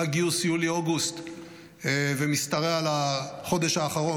גיוס יולי-אוגוסט ומשתרע על החודש האחרון,